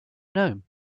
gnome